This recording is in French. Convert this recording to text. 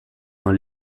dans